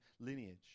lineage